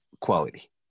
quality